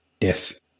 yes